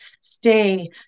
Stay